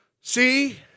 see